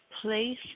place